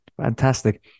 fantastic